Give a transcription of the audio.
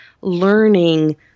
learning